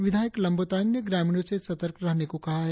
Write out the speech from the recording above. विधायक लंबो तायेंग ने ग्रामिणों से सतर्क रहने को कहा है